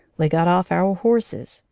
we got off our horses,